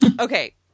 Okay